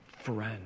Friend